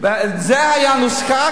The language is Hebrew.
היתה נוסחה,